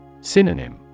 Synonym